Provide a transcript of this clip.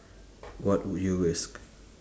what would you risk